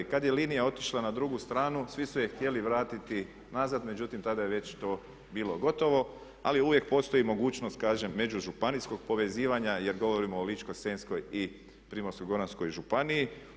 Kada je linija otišla na drugu stranu, svi su je htjeli vratiti nazad, međutim tada je već to bilo gotovo ali uvijek postoji mogućnost kažem među županijskog povezivanja jer govorimo o Ličko-senjskoj i Primorsko-goranskoj županiji.